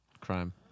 crime